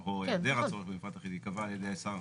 או העדר הצורך במפרט אחיד ייקבע על ידי השר,